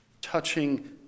touching